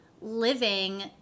living